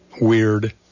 weird